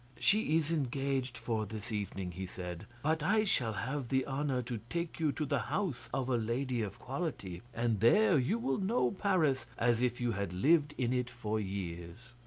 she is engaged for this evening, he said, but i shall have the honour to take you to the house of a lady of quality, and there you will know paris as if you had lived in it for years.